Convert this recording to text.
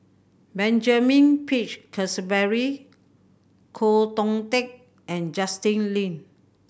Benjamin Peach Keasberry Koh Dong Teck and Justin Lean